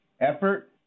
effort